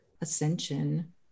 ascension